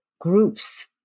groups